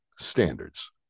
standards